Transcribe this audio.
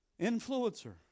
Influencer